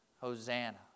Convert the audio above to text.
Hosanna